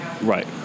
Right